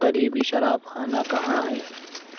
قریبی شراب خانہ کہاں ہے